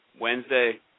Wednesday